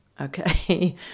Okay